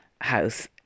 house